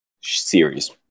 series